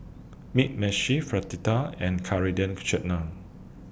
Mugi Meshi Fritada and Coriander Chutney